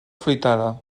afruitada